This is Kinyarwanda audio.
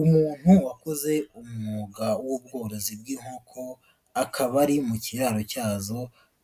Umuntu wakoze umwuga w'ubworozi bw'inkoko akaba ari mu kiraro cyazo,